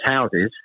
houses